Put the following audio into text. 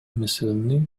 маселени